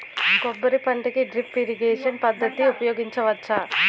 కొబ్బరి పంట కి డ్రిప్ ఇరిగేషన్ పద్ధతి ఉపయగించవచ్చా?